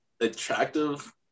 attractive